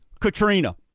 Katrina